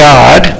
God